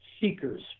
seekers